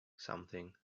something